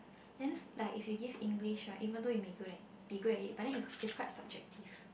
then like if you give English right even though you may good at be good at it but then it's quite subjective